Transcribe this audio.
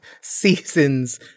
seasons